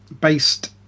based